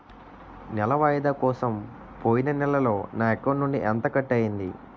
నెల వాయిదా కోసం పోయిన నెలలో నా అకౌంట్ నుండి ఎంత కట్ అయ్యింది?